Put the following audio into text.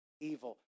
evil